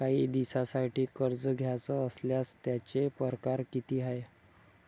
कायी दिसांसाठी कर्ज घ्याचं असल्यास त्यायचे परकार किती हाय?